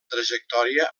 trajectòria